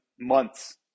months